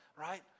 right